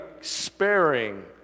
sparing